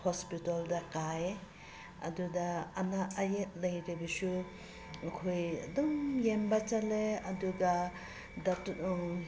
ꯍꯣꯁꯄꯤꯇꯣꯜꯗ ꯀꯥꯏ ꯑꯗꯨꯗ ꯑꯅꯥ ꯑꯌꯦꯛ ꯂꯩꯔꯕꯁꯨ ꯑꯩꯈꯣꯏ ꯑꯗꯨꯝ ꯌꯦꯡꯕ ꯆꯠꯂꯦ ꯑꯗꯨꯒ ꯗꯥꯛꯇꯔ